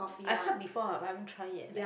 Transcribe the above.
I heard before but I haven't try yet leh